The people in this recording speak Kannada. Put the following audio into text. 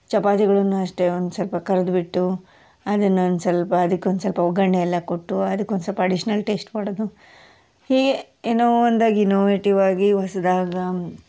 ಚಪಾತಿಗಳನ್ನು ಅಷ್ಟೇ ಒಂದು ಸ್ವಲ್ಪ ಕರ್ದುಬಿಟ್ಟು ಅದನ್ನು ಒಂದು ಸ್ವಲ್ಪ ಅದಕ್ಕೊಂದು ಸ್ವಲ್ಪ ಒಗ್ಗರಣೆಯೆಲ್ಲ ಕೊಟ್ಟು ಅದಕ್ಕೊಂದು ಸ್ವಲ್ಪ ಅಡಿಷ್ನಲ್ ಟೇಸ್ಟ್ ಮಾಡೋದು ಹೀಗೆ ಏನೋ ಒಂದಾಗಿ ಇನೋವೇಟಿವಾಗಿ ಹೊಸ್ದಾದ